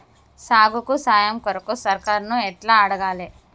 సాగుకు సాయం కొరకు సర్కారుని ఎట్ల అడగాలే?